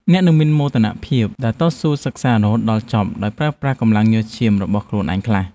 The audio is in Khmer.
អ្នកនឹងមានមោទនភាពដែលបានតស៊ូសិក្សារហូតដល់ចប់ដោយប្រើប្រាស់កម្លាំងញើសឈាមរបស់ខ្លួនឯងខ្លះ។